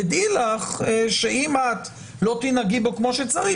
ודעי לך שאם את לא תנהגי בו כמו שצריך,